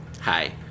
Hi